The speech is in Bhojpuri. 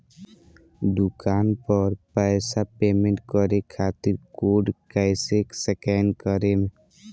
दूकान पर पैसा पेमेंट करे खातिर कोड कैसे स्कैन करेम?